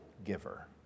giver